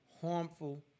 harmful